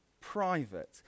private